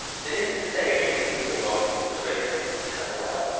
that is to say, she used the rope, the razor, and the well.